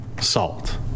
salt